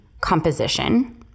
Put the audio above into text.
composition